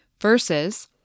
Versus